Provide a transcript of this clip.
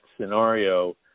scenario